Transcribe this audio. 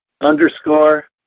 underscore